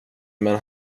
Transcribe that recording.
men